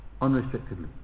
unrestrictedly